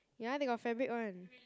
ya they got fabric one